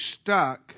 stuck